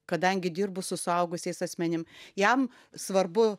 kadangi dirbu su suaugusiais asmenim jam svarbu